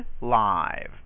live